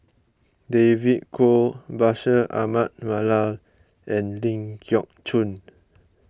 David Kwo Bashir Ahmad Mallal and Ling Geok Choon